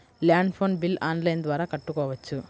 Land phone bill online ద్వారా కట్టుకోవచ్చు?